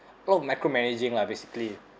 a lot of micro-managing lah basically